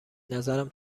نظرم